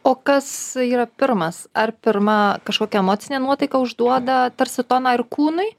o kas yra pirmas ar pirma kažkokia emocinė nuotaika užduoda tarsi toną ir kūnui